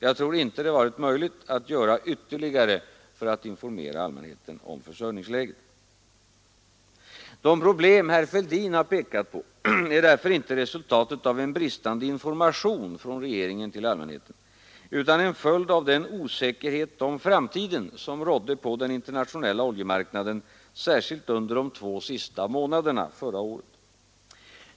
Jag tror inte det varit möjligt att göra ytterligare för att informera allmänheten om försörjningsläget. De problem herr Fälldin har pekat på är därför inte resultatet av en bristande information från regeringen till allmänheten utan en följd av den osäkerhet om framtiden som rådde på den internationella oljemarknaden särskilt under de två sista månaderna förra året.